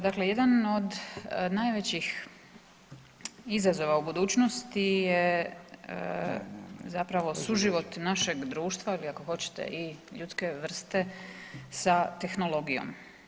Dakle jedan od najvećih izazova u budućnosti je zapravo suživot našega društva ili ako hoćete i ljudske vrste sa tehnologijom.